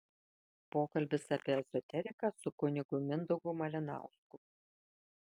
pokalbis apie ezoteriką su kunigu mindaugu malinausku